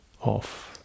off